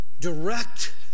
direct